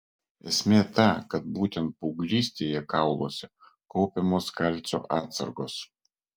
esmė ta kad būtent paauglystėje kauluose kaupiamos kalcio atsargos